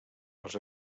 als